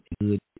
good